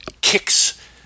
kicks